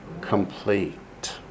complete